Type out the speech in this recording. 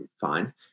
fine